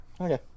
Okay